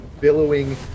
billowing